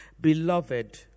Beloved